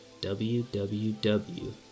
www